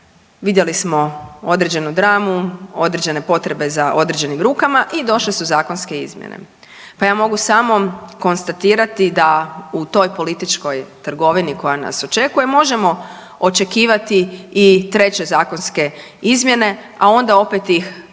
vidjeli smo određenu dramu, određene potrebe za određenim rukama i došle su zakonske izmjene. Pa ja mogu samo konstatirati da u toj političkoj trgovini koja nas očekuje možemo očekivati i treće zakonske izmjene, a onda opet ih ako